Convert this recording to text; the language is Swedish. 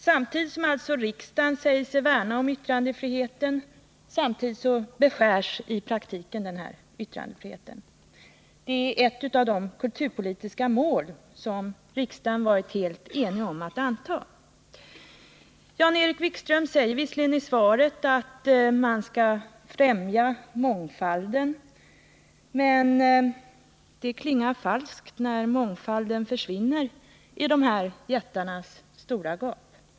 Samtidigt som riksdagen säger sig värna om yttrandefriheten beskärs i praktiken densamma. Att vi skall värna om yttrandefriheten är ett av de kulturpolitiska mål som en helt enig riksdag har antagit. Jan-Erik Wikström säger i svaret att vi skall främja mångfalden. Men det klingar falskt, när mångfalden försvinner i dessa jättars stora gap.